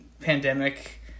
pandemic